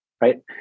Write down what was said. right